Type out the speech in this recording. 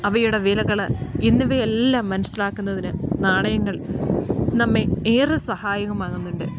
അവയുടെ വിലകൾ എന്നിവ എല്ലാം മനസ്സിലാക്കുന്നതിന് നാണയങ്ങൾ നമ്മെ ഏറെ സഹായകമാകുന്നുണ്ട്